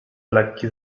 lekki